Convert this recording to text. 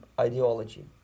ideology